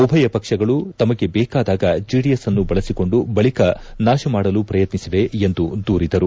ಉಭಯ ಪಕ್ಷಗಳು ತಮಗೆ ಬೇಕಾದಾಗ ಜೆಡಿಎಸ್ ಅನ್ನು ಬಳಸಿಕೊಂಡು ಬಳಿಕ ನಾಶಮಾಡಲು ಪ್ರಯತ್ನಿಸಿವೆ ಎಂದು ದೂರಿದರು